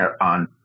on